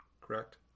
correct